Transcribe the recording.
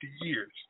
years